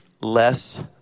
less